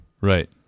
Right